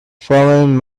fallen